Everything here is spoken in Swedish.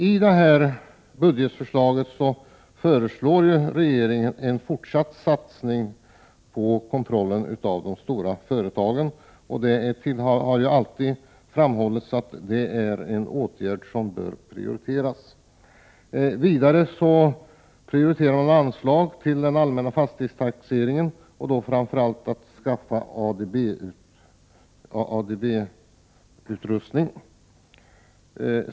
I budgetförslaget föreslår regeringen en fortsatt satsning på kontrollen av de stora företagen. Det har alltid framhållits att det är en åtgärd som bör prioriteras. Vidare prioriteras anslag till den allmänna fastighetstaxeringen, och då framför allt för att kunna anskaffa ADB-utrustning.